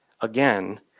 again